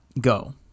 Go